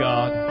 God